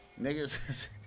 niggas